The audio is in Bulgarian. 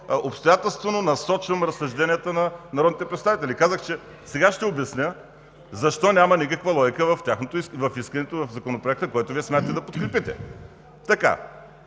по-обстоятелствено насочвам разсъжденията на народните представители. Казах, че сега ще обясня защо няма никаква логика в искането в Законопроекта, който Вие смятате да подкрепите. С